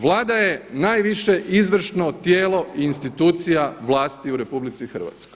Vlada je najviše izvršno tijelo i institucija vlasti u RH.